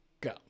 go